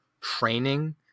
training